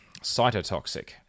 cytotoxic